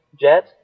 jet